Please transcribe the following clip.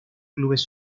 clubes